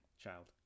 child